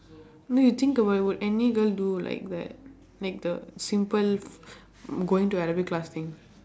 no you think about about it would any girl do like that like the simple f~ going to arabic class thing